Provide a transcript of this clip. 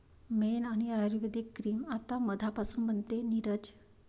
मेण आणि आयुर्वेदिक क्रीम आता मधापासून बनते, नीरज